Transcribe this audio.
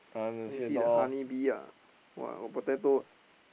then you see the honey bee !wah! got potato